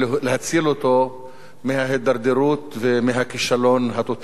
להציל אותו מהידרדרות ומהכישלון הטוטלי.